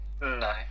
no